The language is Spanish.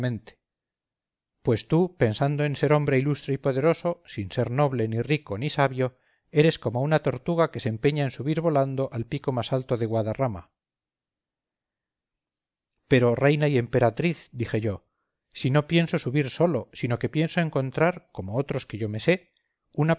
pues tú pensando en ser hombre ilustre y poderoso sin ser noble ni rico ni sabio eres como una tortuga que se empeñara en subir volando al pico más alto de guadarrama pero reina y emperatriz dije yo si no pienso subir solo sino que pienso encontrar como otros que yo me sé una